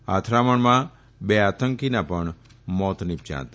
આ અથડામણમાં બે આતંકીના મોત નિપજ્યા હતા